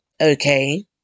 okay